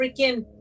freaking